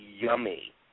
yummy